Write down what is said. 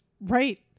Right